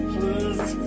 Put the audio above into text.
Please